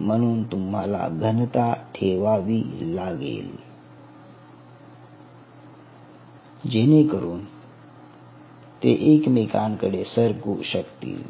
म्हणून तुम्हाला घनता ठेवावी लागेल जेणेकरून ते एकमेकांकडे सरकू शकतील